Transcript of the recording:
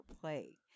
play